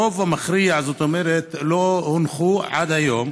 הרוב המכריע לא הונחו עד היום.